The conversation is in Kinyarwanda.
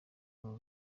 uru